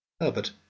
Herbert